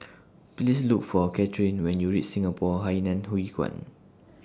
Please Look For Kathryn when YOU REACH Singapore Hainan Hwee Kuan